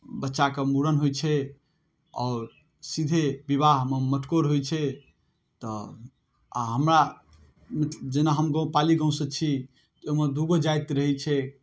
बच्चाके मूड़न होइ छै आओर सीधे विवाहमे मटिकोर होइ छै तऽ आ हमरा जेना हम गाँव पाली गाँवसँ छी ओहिमे दू गो जाइत रहै छै